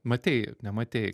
matei nematei